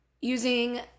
using